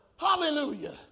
Hallelujah